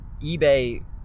ebay